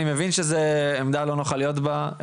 אני מבין שזו עמדה לא נוחה להיות בה,